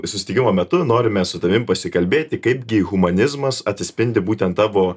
susitikimo metu norime su tavim pasikalbėti kaipgi humanizmas atsispindi būtent tavo